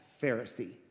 Pharisee